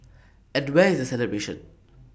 and where is the celebration